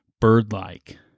bird-like